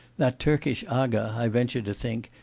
that turkish aga, i venture to think,